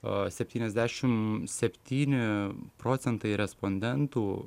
septyniasdešim septyni procentai respondentų